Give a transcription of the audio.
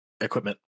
equipment